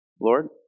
Lord